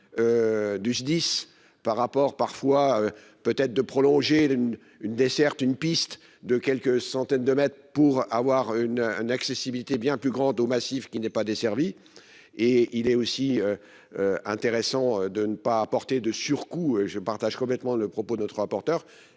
Du SDIS par rapport parfois peut-être de prolonger d'une une desserte une piste de quelques centaines de mètres, pour avoir une une accessibilité bien plus grande au Massif qui n'est pas desservi. Et il est aussi. Intéressant de ne pas apporter de surcoût, je partage complètement le propos de 3 porteur